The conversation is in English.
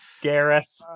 Gareth